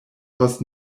was